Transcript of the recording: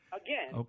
again